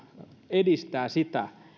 edistää sitä